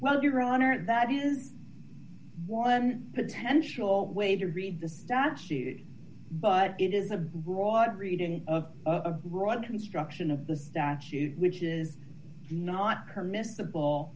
well your honor and that is one potential way to read the statute but it is a broad reading of a broad construction of the statute which is not her miss